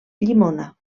llimona